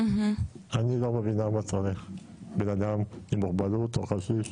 אני לא מבין למה צריך בן אדם עם מוגבלות או קשיש,